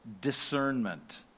discernment